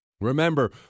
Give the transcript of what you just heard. Remember